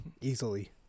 Easily